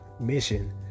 mission